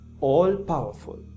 all-powerful